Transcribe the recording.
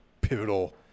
pivotal